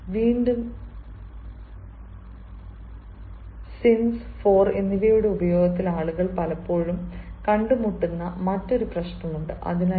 Rathore is senior to me by 5 years വീണ്ടും സിൻസ് ഫോർ എന്നിവയുടെ ഉപയോഗത്തിൽ ആളുകൾ പലപ്പോഴും കണ്ടുമുട്ടുന്ന മറ്റൊരു പ്രശ്നമുണ്ട്